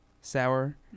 Sour